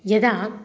यदा